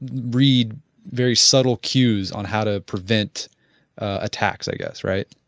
read very subtle cues on how to prevent attacks, i guess, right?